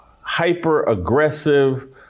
hyper-aggressive